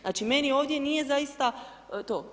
Znači meni ovdje nije zaista to.